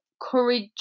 courage